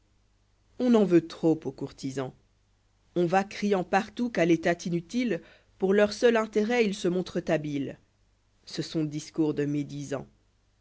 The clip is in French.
os en veut trop aux courtisans on va criant partout qu'à l'état inutiles pour leur seul intérêt ils se montrent habiles ce sont discours de